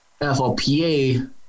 FLPA